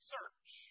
Search